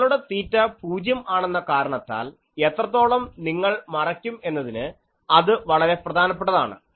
നിങ്ങളുടെ തീറ്റ 0 ആണെന്ന കാരണത്താൽ എത്രത്തോളം നിങ്ങൾ മറയ്ക്കും എന്നതിന് അത് വളരെ പ്രധാനപ്പെട്ടതാണ്